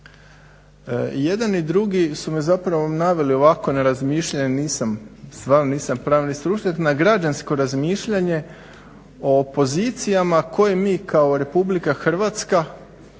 jedan i drugi su me zapravo naveli ovako na razmišljanje, nisam, stvarno nisam …/Govornik se ne razumije./… stručnjak, na građansko razmišljanje o pozicijama koje mi kao Republika Hrvatska